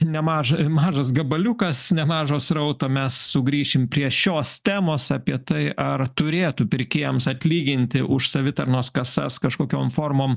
nemaža mažas gabaliukas nemažą srauto mes sugrįšim prie šios temos apie tai ar turėtų pirkėjams atlyginti už savitarnos kasas kažkokiom formom